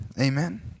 Amen